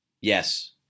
Yes